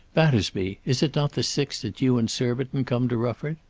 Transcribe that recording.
battersby, is it not the sixth that you and surbiton come to rufford?